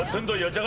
and yeah